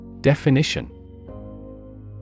Definition